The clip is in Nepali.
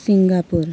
सिङ्गापुर